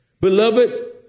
Beloved